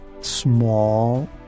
small